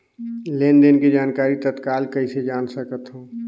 लेन देन के जानकारी तत्काल कइसे जान सकथव?